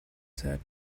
said